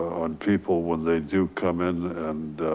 on people when they do come in and